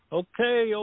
okay